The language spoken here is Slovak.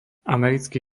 americký